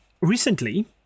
recently